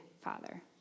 Father